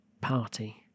party